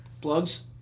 Plugs